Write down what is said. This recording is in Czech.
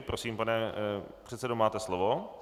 Prosím, pane předsedo, máte slovo.